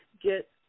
Get